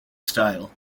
style